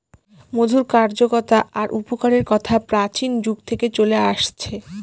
মধুর কার্যকতা আর উপকারের কথা প্রাচীন যুগ থেকে চলে আসছে